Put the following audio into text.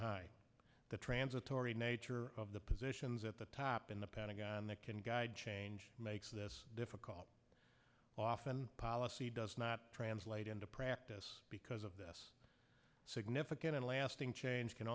high the transitory nature of the positions at the top in the pentagon that can guide change makes this difficult often policy does not translate into practice because of this significant and lasting change can